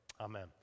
Amen